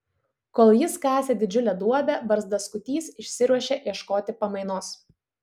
kol jis kasė didžiulę duobę barzdaskutys išsiruošė ieškoti pamainos